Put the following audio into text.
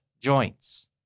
Joints